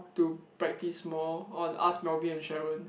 to practise more or ask Melvin and Sharon